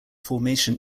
formation